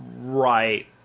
right